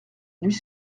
nuit